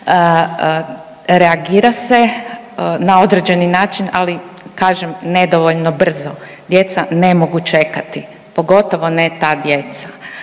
Reagira se na određeni način, ali kažem nedovoljno brzo. Djeca ne mogu čekati, pogotovo ne ta djeca.